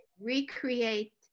recreate